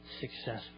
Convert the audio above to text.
successful